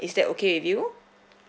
is that okay with you